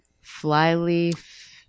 Flyleaf